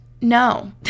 no